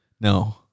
No